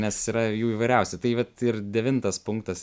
nes yra jų įvairiausių tai vat ir devintas punktas